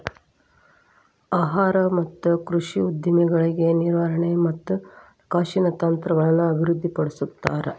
ಆಹಾರ ಮತ್ತ ಕೃಷಿ ಉದ್ಯಮಗಳಿಗೆ ನಿರ್ವಹಣೆ ಮತ್ತ ಹಣಕಾಸಿನ ತಂತ್ರಗಳನ್ನ ಅಭಿವೃದ್ಧಿಪಡಿಸ್ತಾರ